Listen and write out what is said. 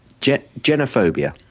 Genophobia